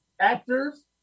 actors